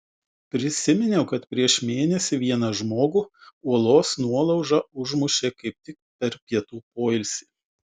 prisiminiau kad prieš mėnesį vieną žmogų uolos nuolauža užmušė kaip tik per pietų poilsį